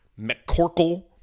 McCorkle